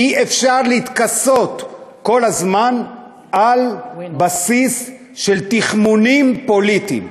אי-אפשר להתכסות כל הזמן על בסיס של תכמונים פוליטיים.